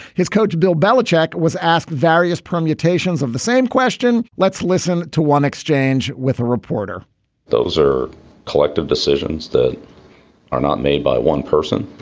his coach bill belichick, was asked various permutations of the same question. let's listen to one exchange with a reporter those are collective decisions that are not made by one person.